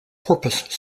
porpoise